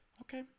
Okay